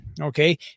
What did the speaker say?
Okay